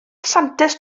santes